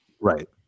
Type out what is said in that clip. Right